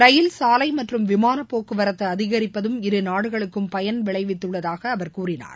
ரயில் சாலை மற்றும் விமானப்போக்குவரத்து அதிகரிப்பதும் இருநாடுகளுக்கும் பயன் விளைவித்துள்ளதாக அவர் கூறினார்